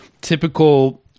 typical –